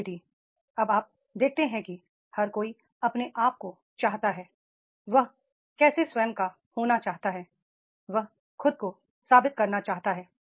अब आप देखते हैं कि हर कोई अपने आप को चाहता है वह कैसे स्वयं का होना चाहता है वह खुद को साबित करना चाहता है